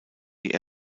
die